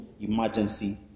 emergency